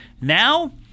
Now